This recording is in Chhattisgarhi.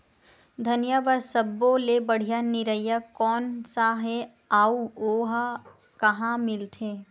धनिया बर सब्बो ले बढ़िया निरैया कोन सा हे आऊ ओहा कहां मिलथे?